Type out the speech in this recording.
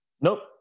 Nope